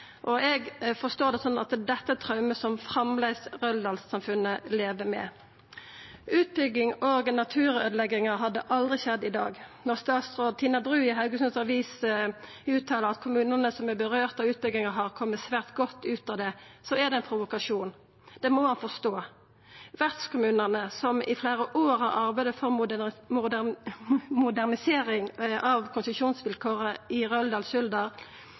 Eg forstår det slik at dette er traume som Røldals-samfunnet framleis lever med. Utbygginga og naturøydelegginga hadde aldri skjedd i dag. Når statsråd Tina Bru i Haugesunds Avis uttalar at kommunane som er omfatta av utbygginga, har kome svært godt ut av det, er det ein provokasjon. Det må ein forstå. Vertskommunane som i fleire år har arbeidd fram modernisering av konsesjonsvilkåra i